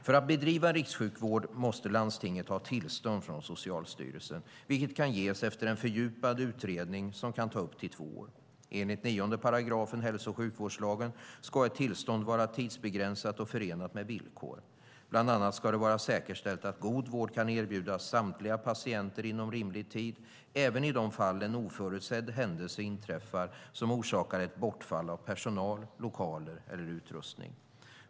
För att bedriva rikssjukvård måste landstinget ha tillstånd från Socialstyrelsen, vilket kan ges efter en fördjupad utredning som kan ta upp till två år. Enligt 9 § hälso och sjukvårdslagen ska ett tillstånd vara tidsbegränsat och förenat med villkor. Bland annat ska det vara säkerställt att god vård kan erbjudas samtliga patienter inom rimlig tid, även i de fall en oförutsedd händelse inträffar som orsakar ett bortfall av personal, lokaler eller utrustning.